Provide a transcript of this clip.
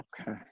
okay